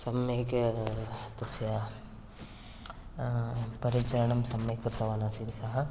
सम्यक् तस्य परिचरणं सम्यक् कृतवान् आसीत् सः